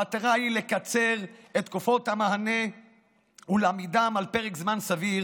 המטרה היא לקצר את תקופות המענה ולהעמידן על פרק זמן סביר